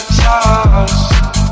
toss